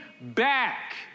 back